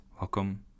Welcome